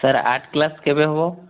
sir art class କେବେ ହେବ